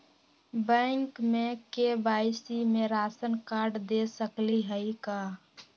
Bank में KYC में ration card दे सकली हई का?